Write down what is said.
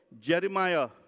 Jeremiah